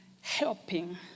helping